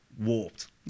warped